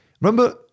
remember